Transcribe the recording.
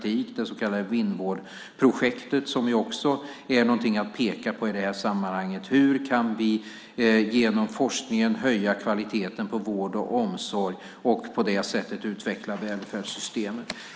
Det gäller det så kallade Vinnvårdprojektet, som också är någonting att peka på i detta sammanhang. Hur kan vi genom forskningen höja kvaliteten på vård och omsorg och på det sättet utveckla välfärdssystemet?